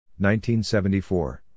1974